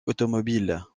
automobile